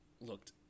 looked